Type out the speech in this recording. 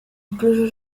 incluso